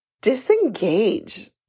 disengage